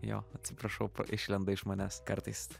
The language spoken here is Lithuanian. jo atsiprašau išlenda iš manęs kartais